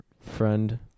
friend